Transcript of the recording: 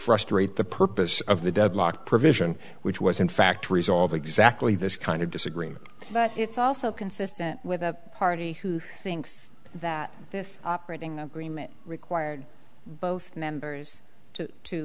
frustrate the purpose of the deadlock provision which was in fact resolved exactly this kind of disagreement but it's also consistent with the party who thinks that this operating agreement required both members to